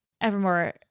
Evermore